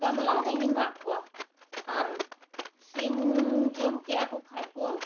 ᱜᱟᱢᱞᱟ ᱨᱮᱧ ᱮᱢᱟᱜ ᱠᱚᱣᱟ ᱟᱨ ᱥᱤᱢ ᱡᱚᱢ ᱠᱮᱫᱟᱠᱚ ᱠᱷᱟᱡ ᱠᱚ